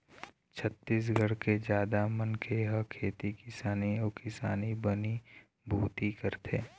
छत्तीसगढ़ के जादा मनखे ह खेती किसानी अउ किसानी बनी भूथी करथे